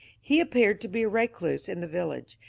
he appeared to be a recluse in the village,